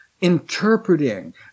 interpreting